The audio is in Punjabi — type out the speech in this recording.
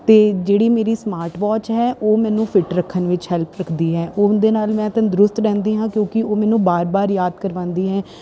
ਅਤੇ ਜਿਹੜੀ ਮੇਰੀ ਸਮਾਰਟ ਵਾਚ ਹੈ ਉਹ ਮੈਨੂੰ ਫਿੱਟ ਰੱਖਣ ਵਿੱਚ ਹੈਲਪ ਰੱਖਦੀ ਹੈ ਉਹਦੇ ਨਾਲ ਮੈਂ ਤੰਦਰੁਸਤ ਰਹਿੰਦੀ ਹਾਂ ਕਿਉਂਕਿ ਉਹ ਮੈਨੂੰ ਬਾਰ ਬਾਰ ਯਾਦ ਕਰਵਾਉਂਦੀ ਹੈ